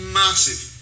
massive